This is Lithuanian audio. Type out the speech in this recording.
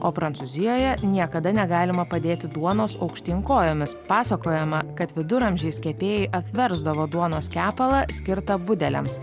o prancūzijoje niekada negalima padėti duonos aukštyn kojomis pasakojama kad viduramžiais kepėjai apversdavo duonos kepalą skirtą budeliams